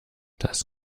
das